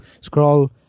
scroll